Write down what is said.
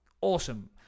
awesome